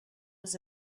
was